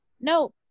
no